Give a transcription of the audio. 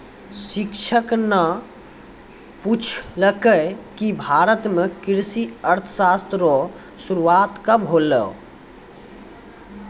शिक्षक न पूछलकै कि भारत म कृषि अर्थशास्त्र रो शुरूआत कब होलौ